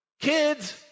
Kids